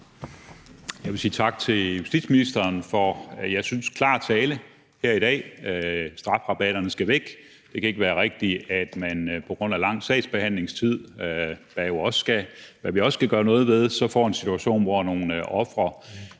Jeg vil sige tak til justitsministeren for, hvad jeg synes er klar tale her i dag – strafrabatterne skal væk fra. Det kan ikke være rigtigt, at man på grund af lang sagsbehandlingstid, hvad vi jo også skal gøre noget ved, får en situation, hvor nogle ofre